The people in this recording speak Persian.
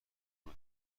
نوک